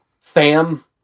Fam